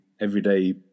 everyday